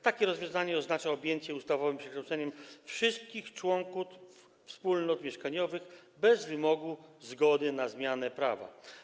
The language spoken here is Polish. Takie rozwiązanie oznacza objęcie ustawowym przekształceniem wszystkich członków wspólnot mieszkaniowych bez wymogu zgody na zmianę prawa.